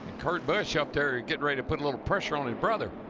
kurt busch up there, getting ready to put a little pressure on his brother.